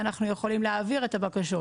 ואנחנו יכולים להעביר את הבקשות.